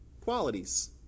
qualities